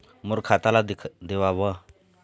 मोर खाता ला देवाव?